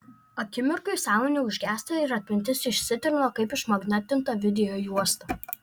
akimirkai sąmonė užgęsta ir atmintis išsitrina kaip išmagnetinta videojuosta